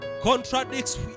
contradicts